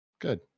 good